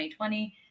2020